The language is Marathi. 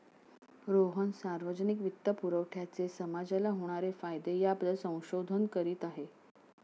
रोहन सार्वजनिक वित्तपुरवठ्याचे समाजाला होणारे फायदे याबद्दल संशोधन करीत आहे